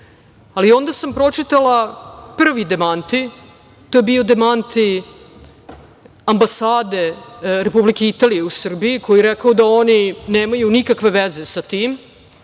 Ali, onda sam pročitala prvi demanti, to je bio demanti ambasade Republike Italije u Srbiji, koji je rekao da oni nemaju nikakve veze sa tim,